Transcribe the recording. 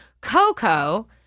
Coco